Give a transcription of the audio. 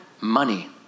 money